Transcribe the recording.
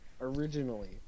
originally